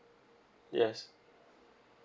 yes